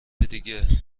دیگه